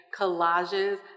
collages